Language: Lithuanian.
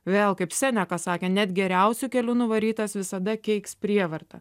vėl kaip seneka sakė net geriausiu keliu nuvarytas visada keiks prievartą